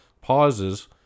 pauses